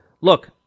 Look